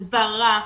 הסברה,